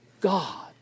God